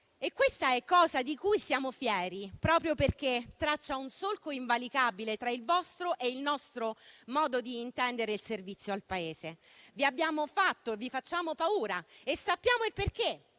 è questa una cosa di cui siamo fieri proprio perché traccia un solco invalicabile tra il vostro e il nostro modo di intendere il servizio al Paese. Vi abbiamo fatto e vi facciamo paura e ne